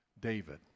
David